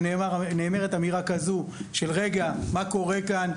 כשנאמרת אמירה כזאת של: רגע, מה קורה כאן?